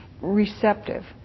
receptive